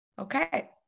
okay